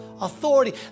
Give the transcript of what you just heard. authority